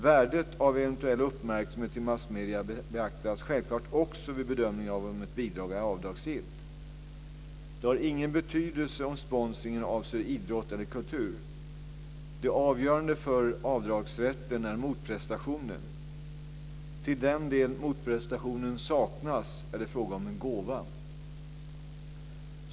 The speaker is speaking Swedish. Värdet av eventuell uppmärksamhet i massmedier beaktas självklart också vid bedömningen av om ett bidrag är avdragsgillt. Det har ingen betydelse om sponsringen avser idrott eller kultur. Det avgörande för avdragsrätten är motprestationen. Till den del motprestation saknas är det fråga om en gåva.